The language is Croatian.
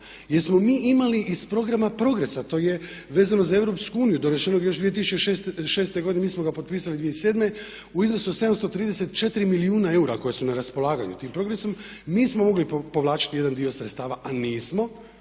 jer smo mi imali iz programa progresa to je vezano za EU donesenog još 2006. godine i mi smo ga potpisali 2007. u iznosu od 734 milijuna eura koji su na raspolaganju tim progresom mi smo mogli povlačiti jedan dio sredstava, a nismo.